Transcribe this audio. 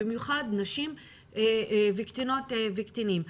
במיוחד נשים וקטינות וקטינים.